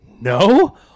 No